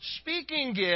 speaking